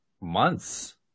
months